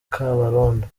kabarondo